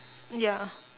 ya